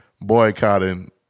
boycotting